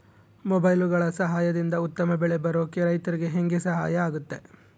ಮೊಬೈಲುಗಳ ಸಹಾಯದಿಂದ ಉತ್ತಮ ಬೆಳೆ ಬರೋಕೆ ರೈತರಿಗೆ ಹೆಂಗೆ ಸಹಾಯ ಆಗುತ್ತೆ?